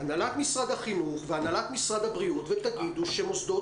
משרד החינוך והנהלת משרד הבריאות ותגידו שמוסדות